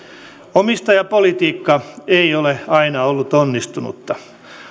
omistajapolitiikka ei ole aina ollut onnistunutta valtio